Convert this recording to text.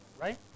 Right